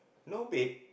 no bed